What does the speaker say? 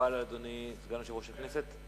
מקובל על אדוני, סגן יושב-ראש הכנסת?